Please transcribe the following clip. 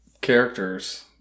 characters